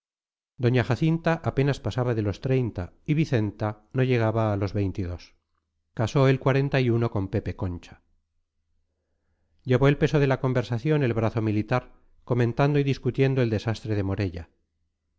doña jacinta apenas pasaba de los treinta y vicenta no llegaba a los veintidós casó el con pepe concha llevó el peso de la conversación el brazo militar comentando y discutiendo el desastre de morella